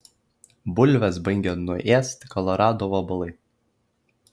bulves baigia nuėst kolorado vabalai